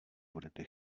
budete